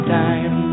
time